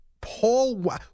Paul